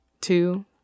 two